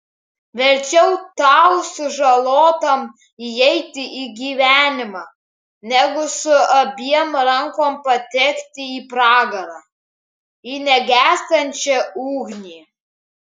verčiau tau sužalotam įeiti į gyvenimą negu su abiem rankom patekti į pragarą į negęstančią ugnį